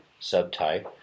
subtype